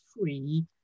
free